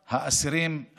האסירים,